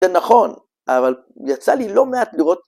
זה נכון, אבל יצא לי לא מעט לראות